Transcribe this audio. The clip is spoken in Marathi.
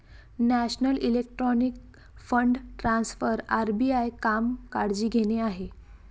national electronic fund transfer RBI काम काळजी घेणे आहे